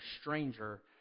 stranger